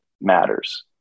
matters